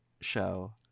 show